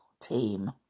team